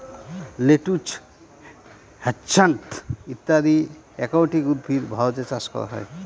lettuce, hyacinth ইত্যাদি aquatic উদ্ভিদ ভারতে চাষ করা হয়